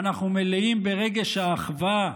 ואנחנו מלאים ברגש האחווה,